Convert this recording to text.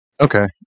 Okay